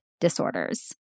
disorders